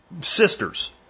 sisters